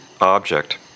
object